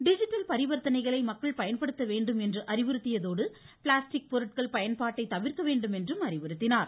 digital பரிவர்த்தனைகளை மக்கள் பயன்படுத்த வேண்டும் என்று அறிவுறுத்தியதோடு பிளாஸ்டிக் பொருட்கள் பயன்பாட்டை தவிர்க்கவேண்டும் என்றும் அறிவுறுத்தினார்